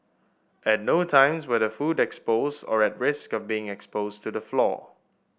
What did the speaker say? at no times were the food exposed or at risk of being exposed to the floor